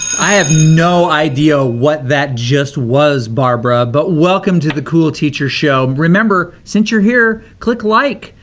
i have no idea what that just was, barbara, but welcome to the cool teacher show. remember, since you're here, click like,